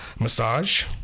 Massage